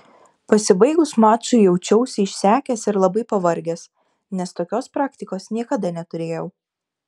pasibaigus mačui jaučiausi išsekęs ir labai pavargęs nes tokios praktikos niekada neturėjau